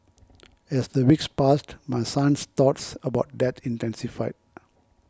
as the weeks passed my son's thoughts about death intensified